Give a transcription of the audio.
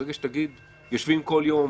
ברגע שתגיד יושבים כל יום,